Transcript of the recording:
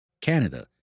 Canada